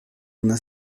una